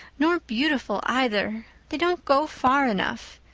nor beautiful, either. they don't go far enough.